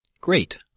Great